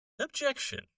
Objection